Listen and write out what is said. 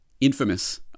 infamous